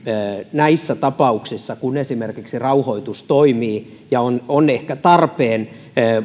näissä tapauksissa kun esimerkiksi rauhoitus toimii ja on on ehkä tarpeen